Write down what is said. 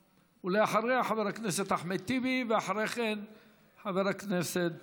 ואחריה, חבר הכנסת אחמד טיבי, ואחרי כן חבר הכנסת